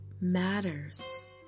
matters